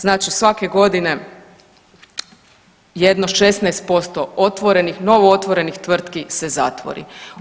Znači svake godine jedno 16% otvorenih, novootvorenih tvrtki se zatvori.